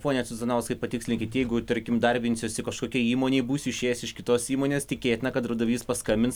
pone cuzinauskai patikslinkit jeigu tarkim darbinsiuosi kažkokioj įmonėj būsiu išėjęs iš kitos įmonės tikėtina kad darbdavys paskambins